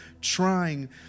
trying